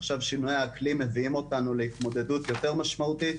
עכשיו שינויי האקלים מביאים להתמודדות יותר משמעותית.